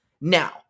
now